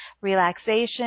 relaxation